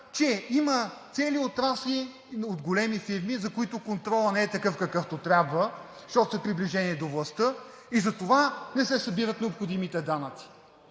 че има цели отрасли от големи фирми, за които контролът не е такъв, какъвто трябва, защото са приближени до властта и затова не се събират необходимите данъци.